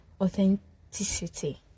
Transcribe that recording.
authenticity